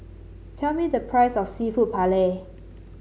tell me the price of seafood Paella